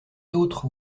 d’autre